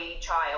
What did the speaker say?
child